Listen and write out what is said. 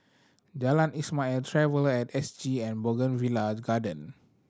Jalan Ismail Traveller At S G and Bougainvillea Garden